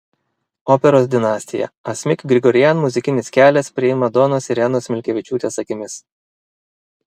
operos dinastija asmik grigorian muzikinis kelias primadonos irenos milkevičiūtės akimis